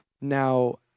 Now